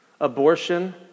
abortion